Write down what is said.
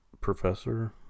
professor